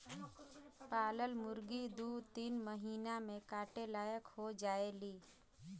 पालल मुरगी दू तीन महिना में काटे लायक हो जायेली